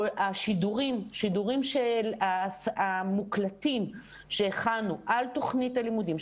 השידורים המוקלטים שהכנו על תוכנית הלימודים,